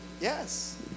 yes